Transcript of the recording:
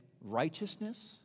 righteousness